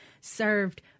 served